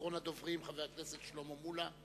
אחרון הדוברים, חבר הכנסת שלמה מולה.